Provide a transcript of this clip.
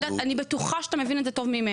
אני בטוחה שאתה מבין את זה טוב ממני.